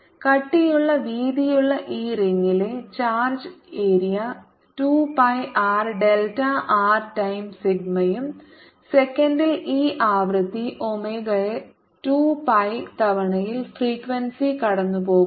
കട്ടിയുള്ള വീതിയുള്ള ഈ റിംഗിലെ charge area 2 pi R delta R times സിഗ്മയും സെക്കൻഡിൽ ഈ ആവൃത്തി ഒമേഗയെ 2 പൈ തവണയിൽ ഫ്രീക്വൻസി കടന്നുപോകുന്നു